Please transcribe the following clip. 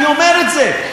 אני אומר את זה,